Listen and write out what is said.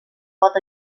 pot